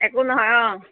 একো নহয় অঁ